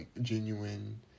genuine